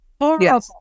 Horrible